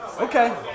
Okay